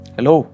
Hello